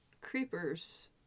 creepers